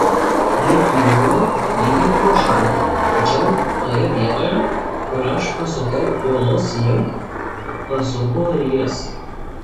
jis jojo lyg ir pro šalį tačiau toje vietoje kur aš pasukau uolos link pasuko ir jis